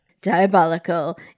Diabolical